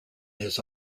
his